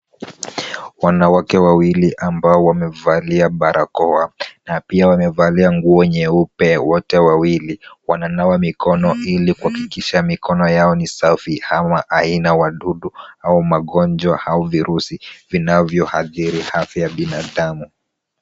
Wanawake wawili ambao wamevalia barakoa na pia wamevalia nguo nyeupe wote wawili wananawa mikono ili kuhakikisha mikono yao ni safi ama haina wadudu au magonjwa au virusi vinavyoathiri afya ya binadamu.